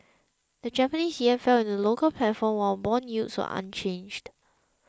the Japanese yen fell in the local platform while bond yields were unchanged